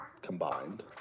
combined